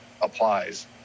applies